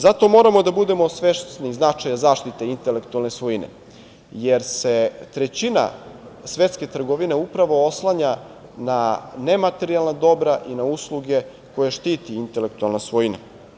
Zato moramo da budemo svesni značaja zaštite intelektualne svojine, jer se trećina svetske trgovine upravo oslanja na nematerijalna dobra i na usluge koje štiti intelektualna svojina.